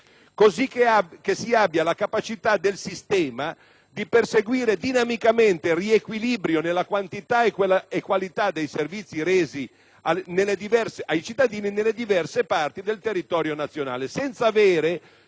modo verrà garantita la capacità del sistema di perseguire dinamicamente il riequilibrio nella quantità e qualità dei servizi resi ai cittadini nelle diverse parti del territorio nazionale, escludendo